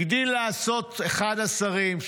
הגדיל לעשות אחד השרים,